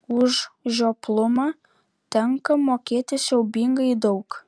už žioplumą tenka mokėti siaubingai daug